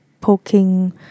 poking